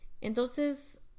Entonces